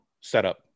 setup